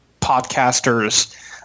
podcasters